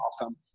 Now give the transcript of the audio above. awesome